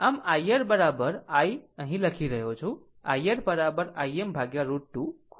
આમ IR ક્યાંક i અહીં લખી રહ્યો છું IR Im√ 2ખૂણો 0 o